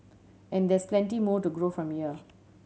and there's plenty more to grow from here